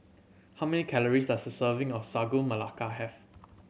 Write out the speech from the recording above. how many calories does a serving of Sagu Melaka have